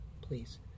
please